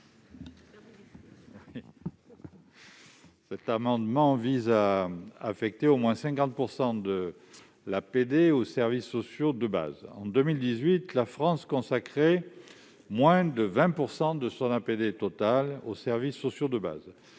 Cet amendement vise à affecter au moins 50 % de l'APD aux services sociaux de base. En 2018, la France consacrait moins de 20 % de son APD totale aux services sociaux de base,